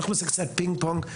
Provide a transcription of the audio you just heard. אנחנו נעשה קצת פינג פונג,